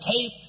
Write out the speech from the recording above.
tape